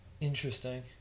interesting